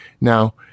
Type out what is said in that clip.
Now